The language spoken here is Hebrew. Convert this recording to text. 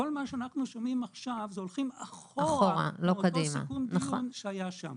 כל מה שאנחנו שומעים עכשיו זה ללכת אחורה מאותו סיכום דיון שהיה שם.